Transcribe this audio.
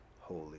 Holy